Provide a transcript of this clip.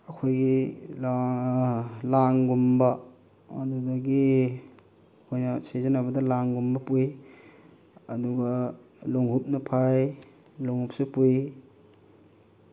ꯑꯩꯈꯣꯏꯒꯤ ꯂꯥꯡꯒꯨꯝꯕ ꯑꯗꯨꯗꯒꯤ ꯑꯩꯈꯣꯏꯅ ꯁꯤꯖꯤꯟꯅꯕꯗ ꯂꯥꯡꯒꯨꯝꯕ ꯄꯨꯏ ꯑꯗꯨꯒ ꯂꯣꯡꯍꯨꯞꯅ ꯐꯥꯏ ꯂꯣꯡꯍꯨꯞꯁꯨ ꯄꯨꯏ